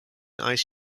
ice